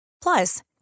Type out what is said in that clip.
Plus